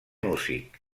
músic